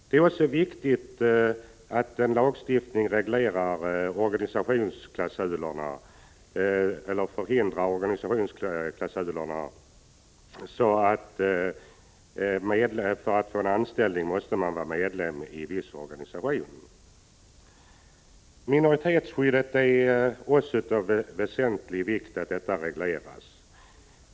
Det är även angeläget att en lagstiftning förhindrar organisationsklausuler, dvs. sådana klausuler som innebär att man för att få anställning måste vara medlem i en viss organisation. Det är också av väsentlig vikt att minoritetsskyddet regleras.